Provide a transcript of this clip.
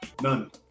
None